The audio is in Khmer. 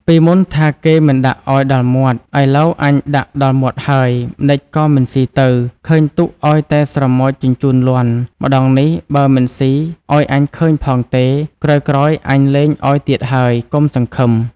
ពីមុនថាគេមិនដាក់ឲ្យដល់មាត់ ឥឡូវអញដាក់ដល់មាត់ហើយ ម្តេចក៏មិនស៊ីទៅ ឃើញទុកឲ្យតែស្រមោចជញ្ជូនលាន់ ម្តងនេះបើមិនស៊ីឲ្យអញឃើញផងទេ ក្រោយៗអញលែងឲ្យទៀតហើយ កុំសង្ឃឹម!"។